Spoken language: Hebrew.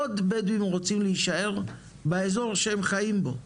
עוד בדואים רוצים להישאר באזור שהם חיים בו.